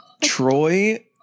Troy